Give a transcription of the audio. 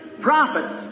prophets